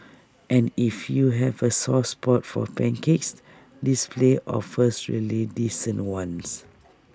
and if you have A soft spot for pancakes this place offers really decent ones